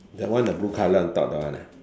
that one the blue color on top that one ah